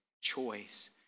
choice